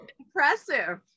impressive